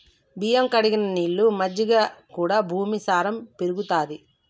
బియ్యం కడిగిన నీళ్లు, మజ్జిగ కూడా భూమి సారం పెరుగుతది